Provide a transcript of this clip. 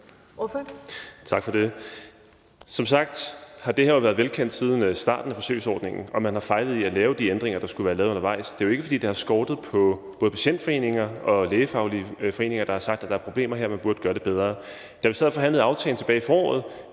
Som sagt har det her jo været velkendt siden starten af forsøgsordningen, og man har fejlet i at lave de ændringer, der skulle være lavet undervejs. Det er jo ikke, fordi det har skortet på både patientforeninger og lægefaglige foreninger, der har sagt, at der er problemer her, og at man burde gøre det bedre. Da vi sad og forhandlede aftalen tilbage i foråret,